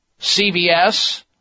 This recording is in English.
CVS